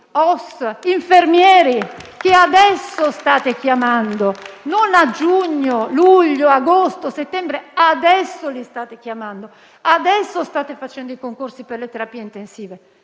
e infermieri che adesso state chiamando? Non a giugno, a luglio, ad agosto o a settembre: adesso li state chiamando. Adesso state facendo i concorsi per le terapie intensive.